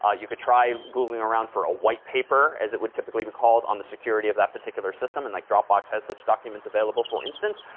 ah you could try googling around for a white paper as it would typically be called on the security of that particular system. and, like, dropbox has such documents available, for instance.